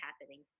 happening